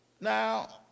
Now